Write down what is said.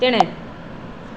ᱪᱮᱬᱮ